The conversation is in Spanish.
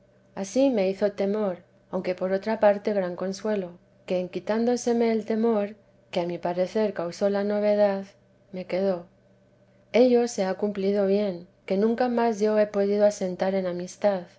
ansí me hizo temor aunque por otra parte gran consuelo que en quitándoseme ei temor que a mi parecer causó la novedad me quedó se ha cumplido bien que nunca más yo he podido asentar en amistad